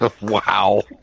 wow